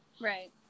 Right